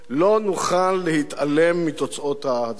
לא נוכל להתעלם מתוצאות ההצבעה.